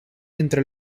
entre